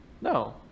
No